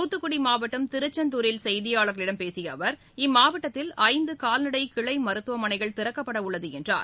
தூத்தக்குடி மாவட்டம் திருச்செந்தூரில் செய்தியாளர்களிடம் பேசிய அவர் இம்மாவட்டத்தில் ஐந்து கால்நடை கிளை மருத்துவமனைகள் திறக்கப்படவுள்ளது என்றார்